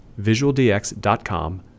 visualdx.com